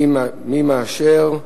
מי מאשר?